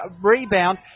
rebound